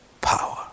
power